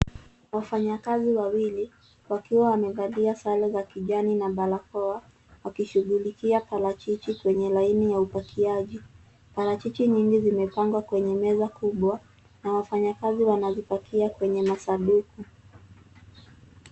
Wafanyakazi wawili, wakiwa wamevalia sare za kijani na barakoa, wakishughulikia parachichi kwenye laini ya upakiaji. Parachichi nyingi zimepangwa kwenye meza kubwa na wafanyakazi wanazipakia kwenye masanduku.